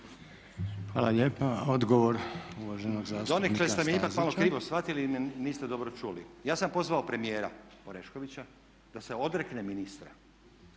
Hvala lijepa. Odgovor uvaženog zastupnika Stazić.